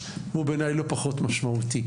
שבעיניי הוא לא פחות משמעותי.